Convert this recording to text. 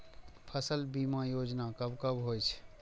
फसल बीमा योजना कब कब होय छै?